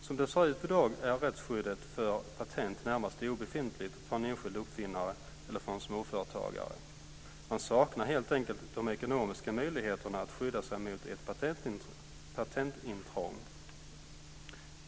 Som det ser ut i dag är rättsskyddet för patent i det närmaste obefintligt för en enskild uppfinnare eller för en småföretagare. Man saknar helt enkelt de ekonomiska möjligheterna att skydda sig mot ett patentintrång.